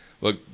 Look